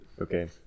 Okay